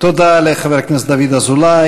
לחבר הכנסת דוד אזולאי.